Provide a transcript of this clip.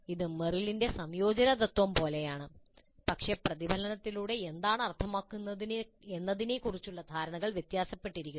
ഇത് മെറിലിന്റെ സംയോജന തത്ത്വം പോലെയാണ് പക്ഷേ പ്രതിഫലനത്തിലൂടെ എന്താണ് അർത്ഥമാക്കുന്നത് എന്നതിനെക്കുറിച്ചുള്ള ധാരണകൾ വ്യത്യാസപ്പെട്ടിരിക്കുന്നു